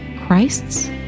Christ's